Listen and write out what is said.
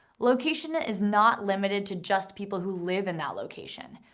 location is not limited to just people who live in that location.